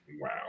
Wow